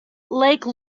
lake